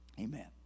Amen